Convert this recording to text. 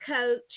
coach